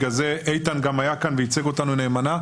איתן היה כאן וייצג אותנו נאמנה.